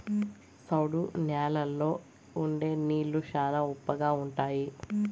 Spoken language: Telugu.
సౌడు న్యాలల్లో ఉండే నీళ్లు శ్యానా ఉప్పగా ఉంటాయి